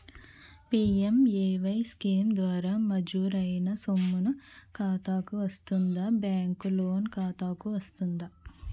PMAY scheme ద్వారా మంజూరైన సొమ్ము నా ఖాతా కు వస్తుందాబ్యాంకు లోన్ ఖాతాకు వస్తుందా?